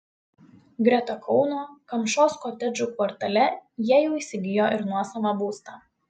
greta kauno kamšos kotedžų kvartale jie jau įsigijo ir nuosavą būstą